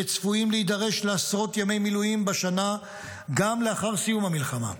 וצפויים להידרש לעשרות ימי מילואים בשנה גם לאחר סיום המלחמה.